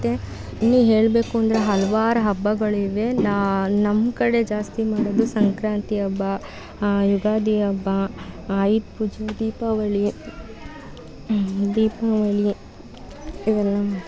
ಮತ್ತು ಇನ್ನೂ ಹೇಳಬೇಕು ಅಂದರೆ ಹಲ್ವಾರು ಹಬ್ಬಗಳಿವೆ ನಮ್ಮಕಡೆ ಜಾಸ್ತಿ ಮಾಡೋದು ಸಂಕ್ರಾಂತಿ ಹಬ್ಬ ಯುಗಾದಿ ಹಬ್ಬ ಆಯುಧ ಪೂಜೆ ದೀಪಾವಳಿ ದೀಪಾವಳಿ ಇವೆಲ್ಲ ಮಾಡ್ತೇವೆ